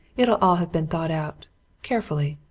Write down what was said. it'll all have been thought out carefully.